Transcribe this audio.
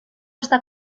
està